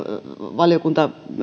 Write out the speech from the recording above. valiokunta pohtii myös